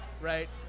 right